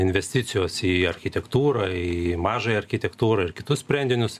investicijos į architektūrą į mažąją architektūrą ir kitus sprendinius